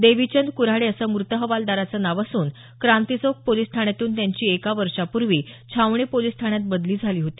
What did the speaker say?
देवीचंद कुऱ्हाडे असं मूत हवालदाराचं नाव असून क्रांतीचौक पोलिस ठाण्यातून त्यांची एक वर्षांपूर्वी छावणी पोलिस ठाण्यात बदली झाली होती